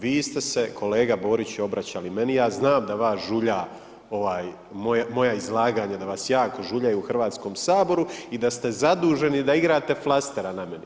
Vi ste se kolega Borić obraćali meni, ja znam da vas žulja ovaj moja izlaganja, da vas jako žuljaju u Hrvatskom saboru i da ste zaduženi da igrate flasteri na meni.